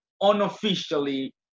unofficially